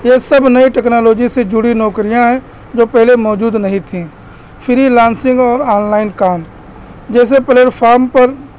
یہ سب نئی ٹیکنالوجی سے جڑی نوکریاں ہیں جو پہلے موجود نہیں تھیں فری لانسنگ اور آن لائن کام جیسے پلیٹفام پر